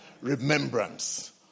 remembrance